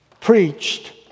preached